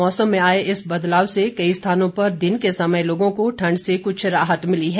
मौसम में आए इस बदलाव से कई स्थानों पर दिन के समय लोगों को ठण्ड से कुछ राहत मिली है